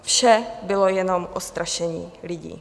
Vše bylo jenom o strašení lidí.